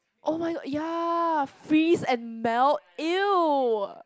oh-my-god ya freeze and melt !eww!